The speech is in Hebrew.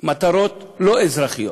מטרות לא אזרחיות,